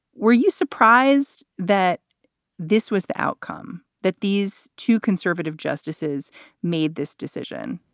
were you surprised that this was the outcome that these two conservative justices made this decision?